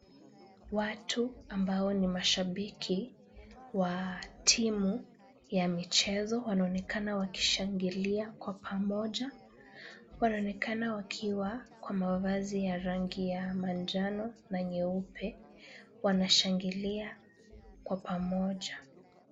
Watu ambao ni mashabiki wa timu ya michezo, wanaonekana wakishangilia kwa pamoja. Wanaonekana wakiwa na mavazi ya rangi ya manjano na nyeupe, wanashangilia kwa pamoja.